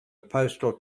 postal